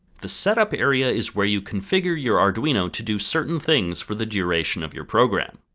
the setup area is where you configure your arduino to do certain things for the duration of your program.